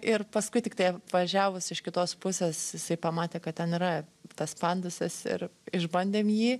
ir paskui tiktai apvažiavus iš kitos pusės jisai pamatė kad ten yra tas pandusas ir išbandėm jį